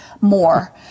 more